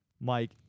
Mike